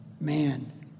man